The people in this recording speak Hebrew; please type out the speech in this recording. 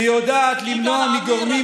שיודעת למנוע,